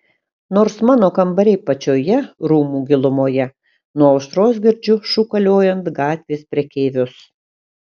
nors mano kambariai pačioje rūmų gilumoje nuo aušros girdžiu šūkaliojant gatvės prekeivius